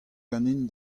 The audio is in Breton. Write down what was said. ganin